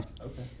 Okay